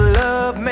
love